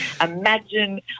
Imagine